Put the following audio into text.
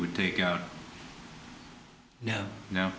would take out yeah now